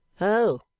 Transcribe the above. Oh